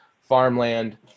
farmland